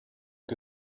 que